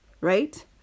right